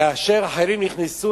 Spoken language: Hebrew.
כאשר החיילים נכנסו,